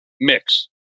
mix